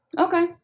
Okay